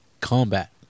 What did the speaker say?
combat